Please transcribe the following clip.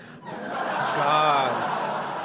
God